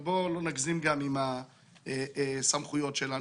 אבל בוא לא נגזים עם הסמכויות שלנו.